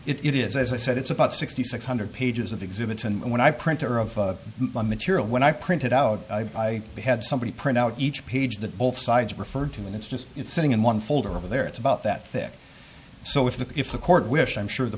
all it is as i said it's about sixty six hundred pages of exhibits and when i printer of my material when i printed out i had somebody print out each page that both sides referred to and it's just sitting in one folder over there it's about that thick so if a court wish i'm sure the